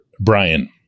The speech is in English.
Brian